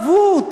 התלהבות,